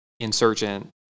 Insurgent